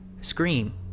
Scream